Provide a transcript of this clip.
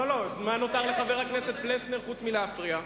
מה נותר לחבר הכנסת פלסנר חוץ מלהפריע?